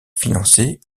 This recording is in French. financée